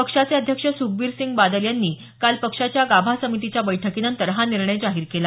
पक्षाचे अध्यक्ष सुखबीर सिंग बादल यांनी काल पक्षाच्या गाभा समितीच्या बैठकीनंतर हा निर्णय जाहीर केला